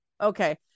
Okay